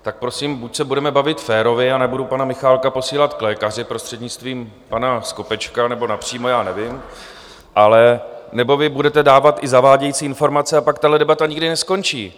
Tak prosím, buď se budeme bavit férově a nebudu pana Michálka posílat k lékaři, prostřednictvím pana Skopečka nebo napřímo, já nevím, anebo vy budete dávat i zavádějící informace, a pak tahle debata nikdy neskončí.